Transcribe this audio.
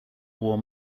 warm